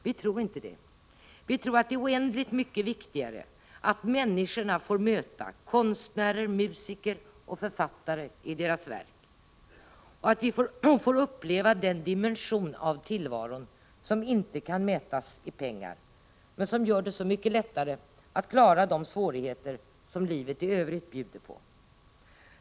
Vi tror inte det. Vi tror att det är oändligt mycket viktigare att människorna får möta konstnärer, musiker och författare i deras verk, och att vi får uppleva den dimension av tillvaron som inte kan mätas i pengar, men som gör det så mycket lättare att klara de svårigheter som livet i övrigt bjuder på.